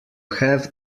have